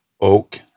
oak